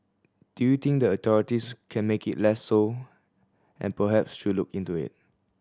do you think the authorities can make it less so and perhaps should look into it